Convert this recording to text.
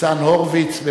ניצן הורוביץ,